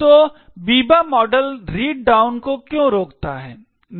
तो Biba model read down को क्यों रोकता है